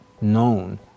known